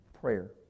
Prayer